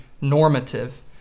normative